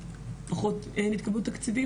שלא התקבלו תקציבים.